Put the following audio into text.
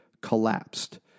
collapsed